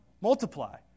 Multiply